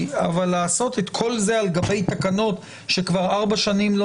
אבל לעשות את כל זה על-גבי תקנות שכבר ארבע שנים לא